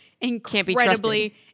incredibly